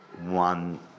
one